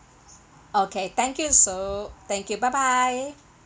okay thank you so thank you bye bye